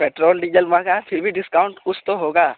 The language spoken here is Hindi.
पैट्रोल डीजल महंगा है फिर भी डिस्काउंट कुछ तो होगा